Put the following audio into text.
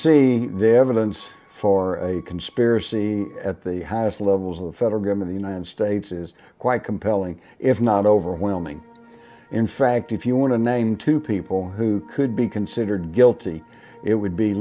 see their evidence for a conspiracy at the highest levels of the federal gun of the united states is quite compelling if not overwhelming in fact if you want to name two people who could be considered guilty it would be